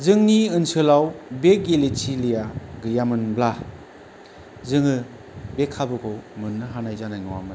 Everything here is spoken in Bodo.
जोंनि ओनसोलाव बे गेलेथिलिया गैयामोनब्ला जोङो बे खाबुखौ मोननो हानाय जानाय नङामोन